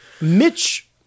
Mitch